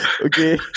Okay